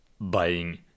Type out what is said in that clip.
buying